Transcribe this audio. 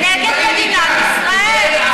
נגד מדינת ישראל,